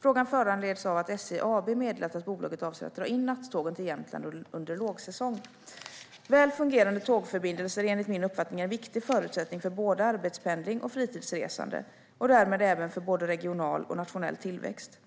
Frågan föranleds av att SJ AB meddelat att bolaget avser att dra in nattågen till Jämtland under lågsäsong. Väl fungerande tågförbindelser är enligt min uppfattning en viktig förutsättning för både arbetspendling och fritidsresande och därmed även för både regional och nationell tillväxt.